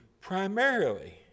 primarily